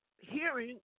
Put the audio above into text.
hearing